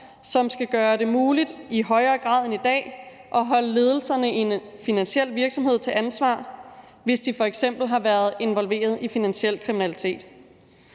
som skal gøre det muligt i højere grad end i dag at stille ledelsen i en finansiel virksomhed til ansvar, hvis den f.eks. har været involveret i finansiel kriminalitet.